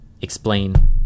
explain